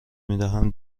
میدهم